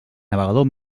navegador